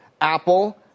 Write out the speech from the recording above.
Apple